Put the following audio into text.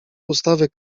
ustawy